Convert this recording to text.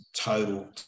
total